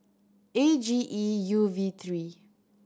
A G E U V three